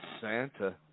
Santa